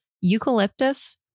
eucalyptus